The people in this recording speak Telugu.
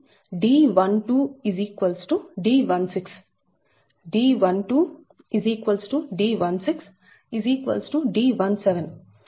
కాబట్టి D12 D16 D12 D16 D17